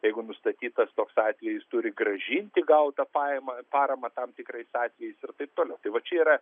jeigu nustatytas toks atvejis turi grąžinti gautą pajamą paramą tam tikrais atvejais ir taip toliau tai va čia yra